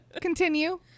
Continue